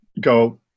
go